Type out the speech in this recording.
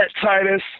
Titus